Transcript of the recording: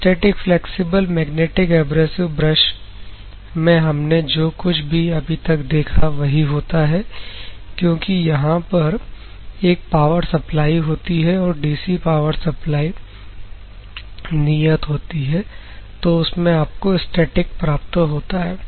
static flexible magnetic abrasive brush में हमने जो कुछ भी अभी तक देखा वही होता है क्योंकि यहां पर एक पावर सप्लाई होती है और डीसी पावर सप्लाई नियत होती है तो उसमें आपको स्टैटिक प्राप्त होता है